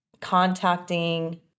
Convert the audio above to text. contacting